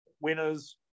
winners